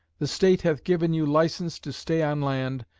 the state hath given you license to stay on land,